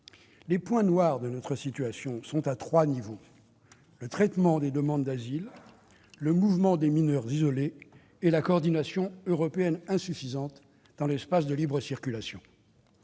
Les points noirs de notre situation se situent à trois niveaux : le traitement des demandes d'asile, le mouvement des mineurs isolés et la coordination européenne insuffisante dans l'espace de libre circulation.